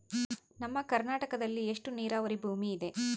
ನಮ್ಮ ಕರ್ನಾಟಕದಲ್ಲಿ ಎಷ್ಟು ನೇರಾವರಿ ಭೂಮಿ ಇದೆ?